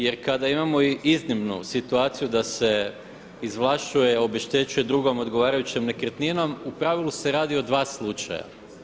Jer kada imamo iznimnu situaciju da se izvlašćuje, obeštećuje drugom odgovarajućom nekretninom u pravilu se radi o dva slučaja.